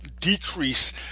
decrease